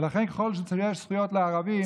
ולכן, ככל שיש זכויות לערבים,